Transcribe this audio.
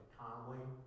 calmly